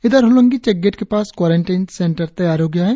इधर Hollongi check gate के पास क्वाराईटिन सेंटर तैयार हो गया है